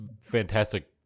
fantastic